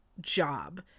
job